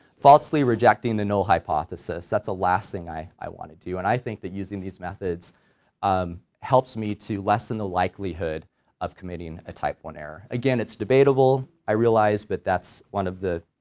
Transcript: falsely rejecting the null hypothesis that's the last thing i i want to do and i think that using these methods um helps me to lessen the likelihood of committing a type one error, again it's debatable i realize, but that's one of the,